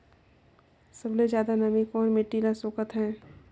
सबले ज्यादा नमी कोन मिट्टी ल सोखत हे?